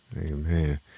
Amen